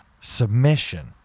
submission